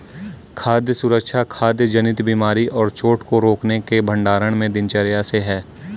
खाद्य सुरक्षा खाद्य जनित बीमारी और चोट को रोकने के भंडारण में दिनचर्या से है